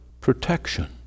protection